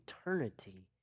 eternity